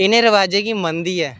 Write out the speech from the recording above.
इ'नें रवाजें गी मनदी ऐ